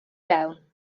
fewn